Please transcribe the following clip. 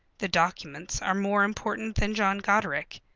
the documents are more important than john goderic.